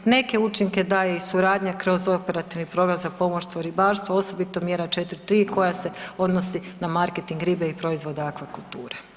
Neke učinke daje i suradnja kroz operativni program za pomorstvo i ribarstvo osobito mjera 4.3 koja se odnosi na marketing ribe i proizvoda akvakulture.